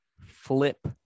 flip